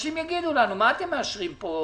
אנשים יגידו לנו: מה אתם מאשרים פה